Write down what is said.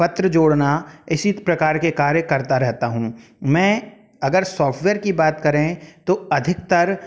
पत्र जोड़ना इसी प्रकार के कार्य करता रहता हूँ मैं अगर सॉफ्टवेयर की बात करें तो अधिकतर